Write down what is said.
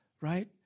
right